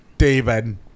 David